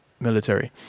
military